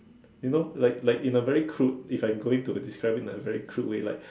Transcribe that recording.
you know like like in a very crude if I go in to describe it in a very crude way like